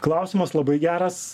klausimas labai geras